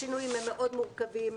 השינויים הם מאוד מורכבים,